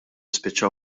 spiċċaw